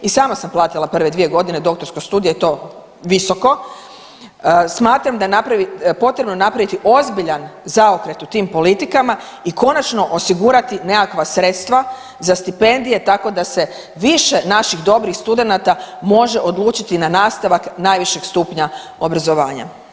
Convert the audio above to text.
I sama sam platila prve dvije godine doktorskog studija i to visoko, smatram da je potrebno napraviti ozbiljan zaokret u tim politikama i konačno osigurati nekakva sredstva za stipendije tako da se više naših dobrih studenata može odlučiti na nastavak najvišeg stupnja obrazovanja.